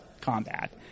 combat